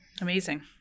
Amazing